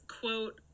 quote